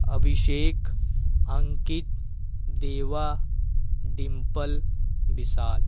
Abhishek Ankit Deva Dimple Bishal